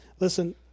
Listen